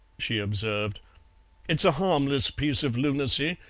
she observed it's a harmless piece of lunacy,